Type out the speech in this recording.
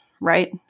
right